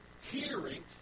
hearing